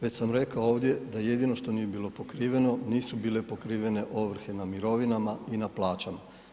Već sam rekao ovdje da jedino što nije bilo pokriveno, nisu bile pokrivene ovrhe na mirovina i na plaćama.